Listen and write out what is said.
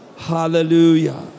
Hallelujah